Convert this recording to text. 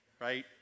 right